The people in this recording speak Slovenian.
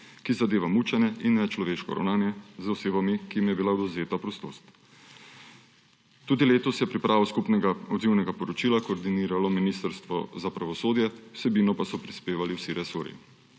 ki zadeva mučenje in nečloveško ravnanje z osebami, ki jim je bila odvzeta prostost. Tudi letos je pripravo skupnega odzivnega poročila koordiniralo Ministrstvo za pravosodje, vsebino so pa prispevali vsi resorji.